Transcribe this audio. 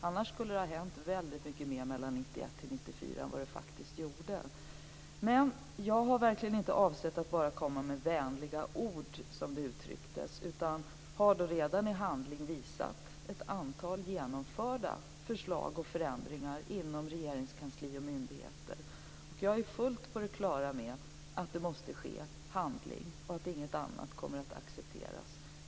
Annars skulle det ha hänt väldigt mycket mer mellan 1991 och 1994 än vad det faktiskt gjorde. Men jag har verkligen inte avsett att bara komma med "vänliga ord" som det uttrycktes, utan har redan i handling visat ett antal genomförda förslag och förändringar inom regeringskansli och myndigheter, och jag är fullt på det klara med att det måste till handling och att inget annat kommer att accepteras.